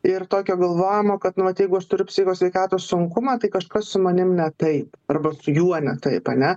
ir tokio galvojimo kad nu vat jeigu aš turiu psichikos sveikatos sunkumą tai kažkas su manim ne tai arba su juo ne taip ane